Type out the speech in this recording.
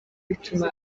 bituma